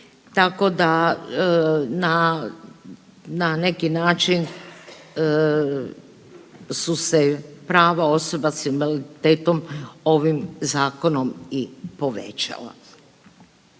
tako da na neki način su se prava osoba s invaliditetom ovim zakonom i povećala.